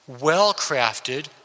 well-crafted